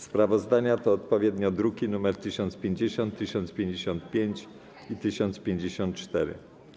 Sprawozdania to odpowiednio druki nr: 1050, 1055 i 1054.